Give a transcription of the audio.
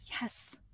Yes